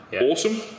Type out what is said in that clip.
awesome